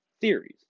theories